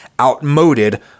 outmoded